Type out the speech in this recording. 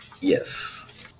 Yes